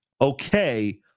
okay